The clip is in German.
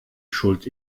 schuld